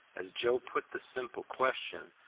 as joe put the simple question,